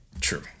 true